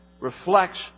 reflects